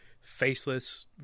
faceless